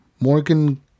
Morgan